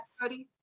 buddy